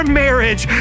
marriage